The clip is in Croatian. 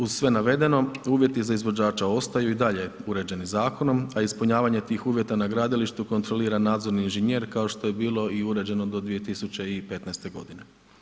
Uz sve navedeno, uvjeti za izvođača ostaju i dalje u ređeni zakonom a ispunjavanje tih uvjeta na gradilištu kontrolira nadzorni inženjer kao što je bilo i uređeno do 2015. godine.